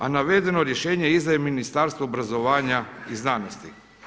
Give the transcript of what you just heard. A navedeno rješenje izdaje ministarstvo obrazovanja i znanosti.